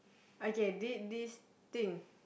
okay the this thing